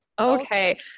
Okay